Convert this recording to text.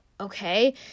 okay